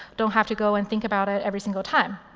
don't have to go and think about it every single time.